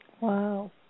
wow